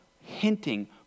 hinting